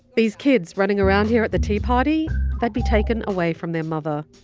these kids running around here at the tea party they'd be taken away from their mother.